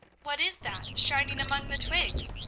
what is that shining among the twigs?